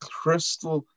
crystal